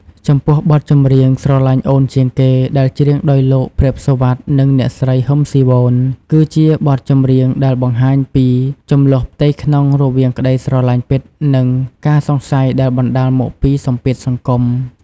ចំពោះបទចម្រៀង ស្រលាញ់អូនជាងគេ ដែលច្រៀងដោយលោក ព្រាប សុវត្ថិ និងអ្នកស្រី ហ៊ឹម ស៊ីវន គឺជាបទចម្រៀងដែលបង្ហាញពី ជម្លោះផ្ទៃក្នុងរវាងក្តីស្រឡាញ់ពិត និងការសង្ស័យដែលបណ្ដាលមកពីសម្ពាធសង្គម។